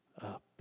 up